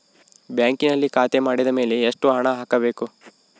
ಬ್ಯಾಂಕಿನಲ್ಲಿ ಖಾತೆ ಮಾಡಿದ ಮೇಲೆ ಎಷ್ಟು ಹಣ ಹಾಕಬೇಕು?